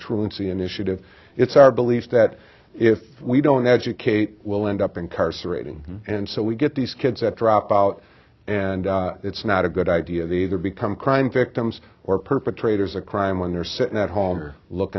truancy initiative it's our belief that if we don't educate we'll end up incarcerating and so we get these kids that drop out and it's not a good idea the either become crime victims or perpetrators of crime when they're sitting at home or look